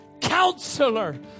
counselor